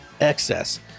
excess